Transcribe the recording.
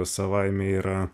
savaime yra